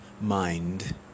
mind